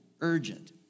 urgent